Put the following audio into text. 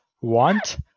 want